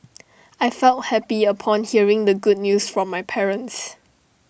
I felt happy upon hearing the good news from my parents